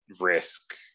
risk